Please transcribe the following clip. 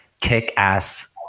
kick-ass